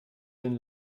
den